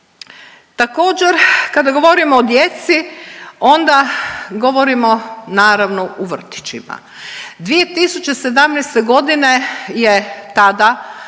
Također kada govorimo o djeci onda govorimo naravno u vrtićima, 2017.g. je tada